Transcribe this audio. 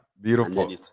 beautiful